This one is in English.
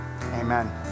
amen